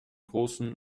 großen